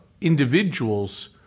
individuals